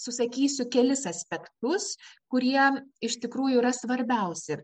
susakysiu kelis aspektus kurie iš tikrųjų yra svarbiausi